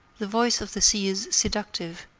the voice of the sea is seductive,